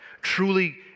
Truly